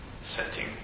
setting